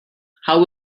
how